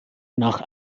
nach